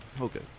Okay